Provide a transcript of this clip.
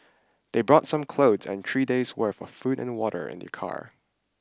they brought some clothes and three days' worth of food and water in their car